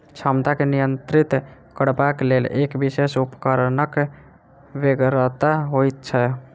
क्षमता के नियंत्रित करबाक लेल एक विशेष उपकरणक बेगरता होइत छै